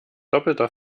doppelter